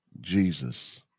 Jesus